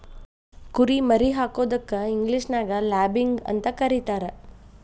ಕುರಿ ಮರಿ ಹಾಕೋದಕ್ಕ ಇಂಗ್ಲೇಷನ್ಯಾಗ ಲ್ಯಾಬಿಂಗ್ ಅಂತ ಕರೇತಾರ